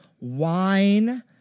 wine